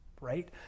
Right